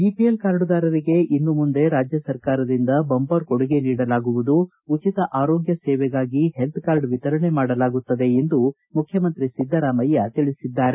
BPL ಕಾರ್ಡುದಾರರಿಗೆ ಇನ್ನು ಮುಂದೆ ರಾಜ್ಯ ಸರ್ಕಾರದಿಂದ ಬಂಪರ್ ಕೊಡುಗೆ ನೀಡಲಾಗುವುದು ಉಚಿತ ಆರೋಗ್ಯ ಸೇವೆಗಾಗಿ ಬಿಪಿಎಲ್ ಕಾರ್ಡುದಾರರಿಗೆ ಹೆಲ್ತ್ ಕಾರ್ಡ್ ವಿತರಣೆ ಮಾಡಲಾಗುತ್ತದೆ ಎಂದು ಮುಖ್ಯಮಂತ್ರಿ ಸಿದ್ದರಾಮಯ್ಯ ತಿಳಿಸಿದ್ದಾರೆ